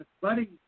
Buddy